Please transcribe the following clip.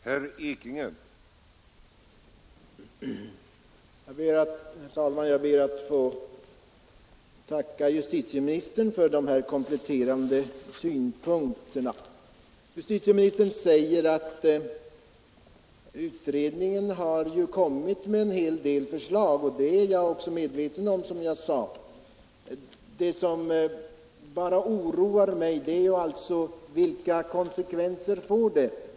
Herr talman! Jag ber att få tacka justitieministern för dessa kompletterande synpunkter. Justitieministern nämner att utredningen har kommit med en hel del förslag. Det är jag medveten om, vilket jag också framhöll. Det som oroar mig är bara vilka resultat förslagen kommer att avsätta.